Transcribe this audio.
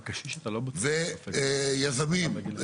ויזמים,